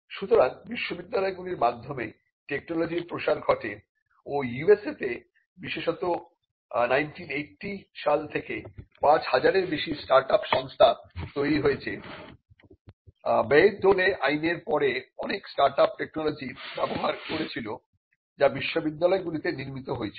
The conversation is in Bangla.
সুতরাং বিশ্ববিদ্যালয়গুলির মাধ্যমে টেকনোলজির প্রসার ঘটে ও USA তে বিশেষত 1980 সাল থেকে পাঁচ হাজারের বেশি স্টার্ট আপ সংস্থা তৈরি হয়েছে Bayh dole আইনের ফলে অনেক স্টার্ট আপ টেকনোলজি ব্যবহার করেছিল যা বিশ্ববিদ্যালয়গুলিতে নির্মিত হয়েছিল